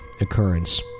occurrence